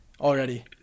already